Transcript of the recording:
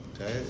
okay